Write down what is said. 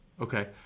Okay